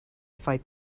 fight